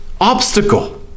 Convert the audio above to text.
obstacle